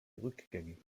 rückgängig